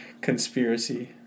Conspiracy